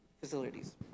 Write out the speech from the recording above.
facilities